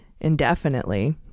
indefinitely